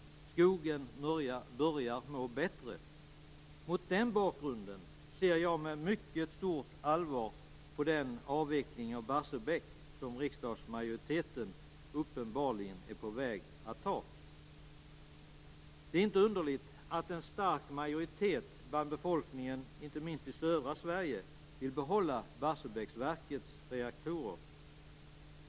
Skogen börjar må bättre. Mot den bakgrunden ser jag med mycket stort allvar på den avveckling av Barsebäck som riksdagsmajoriteten uppenbarligen är på väg att besluta om. Det är inte underligt att en stark majoritet bland befolkningen, inte minst i södra Sverige, vill behålla Barsebäcksverkets reaktorer.